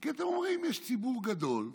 כי אתם אומרים: יש ציבור גדול,